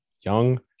Young